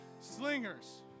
Slingers